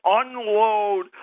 unload